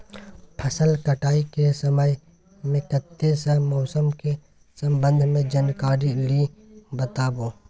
फसल काटय के समय मे कत्ते सॅ मौसम के संबंध मे जानकारी ली बताबू?